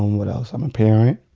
um what else? i'm a parent,